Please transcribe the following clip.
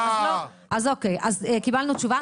אוקיי, אז קיבלנו תשובה.